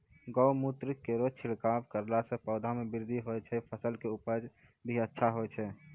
गौमूत्र केरो छिड़काव करला से पौधा मे बृद्धि होय छै फसल के उपजे भी अच्छा होय छै?